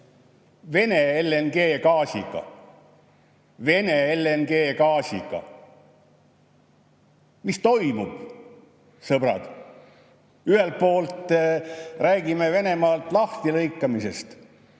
Vene LNG-gaasiga. Vene LNG-gaasiga! Mis toimub, sõbrad? Ühelt poolt räägime Venemaa küljest lahtilõikamisest